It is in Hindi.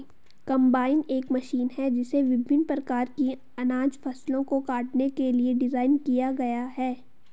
कंबाइन एक मशीन है जिसे विभिन्न प्रकार की अनाज फसलों को काटने के लिए डिज़ाइन किया गया है